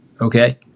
Okay